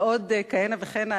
ועוד כהנה וכהנה.